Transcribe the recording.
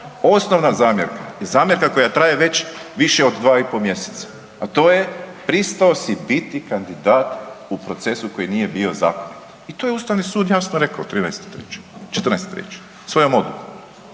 Osnovna zamjerka je zamjerka koja traje već više od 2 i pol mjeseca, a to je pristao si biti kandidat u procesu koji nije bio zakonit i to je Ustavni sud jasno rekao 14. 03. svojom odlukom.